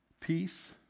Peace